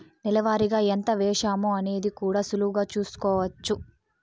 నెల వారిగా ఎంత వేశామో అనేది కూడా సులువుగా చూస్కోచ్చు